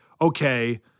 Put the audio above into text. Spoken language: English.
okay